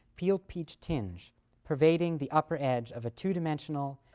peeled-peach tinge pervading the upper edge of a two-dimensional,